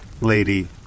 Lady